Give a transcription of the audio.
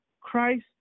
christ